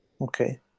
Okay